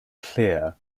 clear